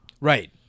Right